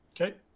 Okay